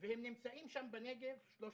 הם נמצאים בנגב 13,